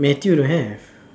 Matthew don't have